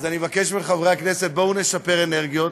אז אני מבקש מחברי הכנסת: בואו נשפר אנרגיות,